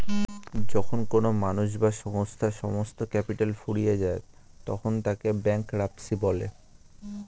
যখন কোনো মানুষ বা সংস্থার সমস্ত ক্যাপিটাল ফুরিয়ে যায় তখন তাকে ব্যাঙ্করাপ্সি বলে